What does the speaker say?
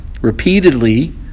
Repeatedly